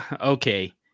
okay